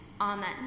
Amen